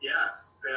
Yes